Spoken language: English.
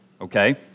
okay